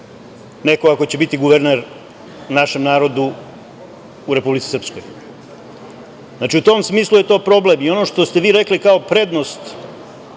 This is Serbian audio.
neko ako će biti guverner našem narodu u Republici Srpskoj. Znači, u tom smislu je to problem. Ono što ste vi rekli kao prednost